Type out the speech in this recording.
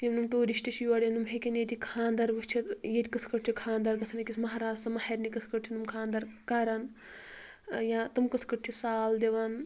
یِم نۄم ٹورِشِٹ چھِ یور یِوان یِم ہیٚکن ییٚتٕکۍ خٲندر وُچھتھ ییتہِ کِتھ کٲٹھۍ چھُ خاندَر گژھان أکِس مہارازس تہِ مہارنہِ کتھ کٲٹھۍ چھِ نۄم خاندر کران یا تم کِتھ کٲٹھۍ چھِ سال دِوان